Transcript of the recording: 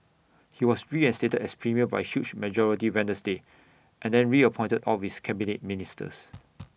he was reinstated as premier by A huge majority Wednesday and then reappointed all of his Cabinet Ministers